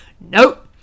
Nope